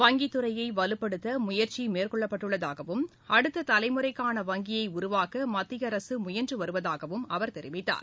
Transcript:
வங்கித் துறையை வலுப்படுத்த முயற்சி மேற்கொள்ளப்பட்டு உள்ளதாகவும் அடுத்த தலைமுறைக்கான வங்கியை உருவாக்க மத்திய அரசு முயன்று வருவதாகவும் அவர் தெரிவித்தார்